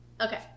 okay